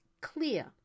clear